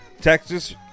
Texas